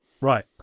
Right